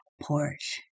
porch